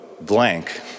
blank